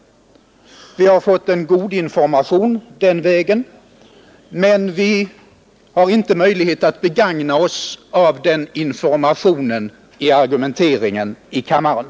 Vi har fått en god information den vägen, men vi har inte möjlighet att begagna oss av den informationen i argumenteringen i kammaren.